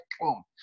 boom